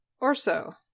Orso